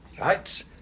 Right